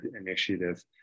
initiative